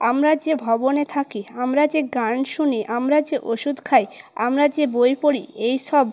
আমরা যে ভবনে থাকি আমরা যে গান শুনি আমরা যে ওষুধ খাই আমরা যে বই পড়ি এই সব